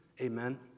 Amen